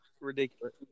Ridiculous